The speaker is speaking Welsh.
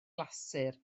glasur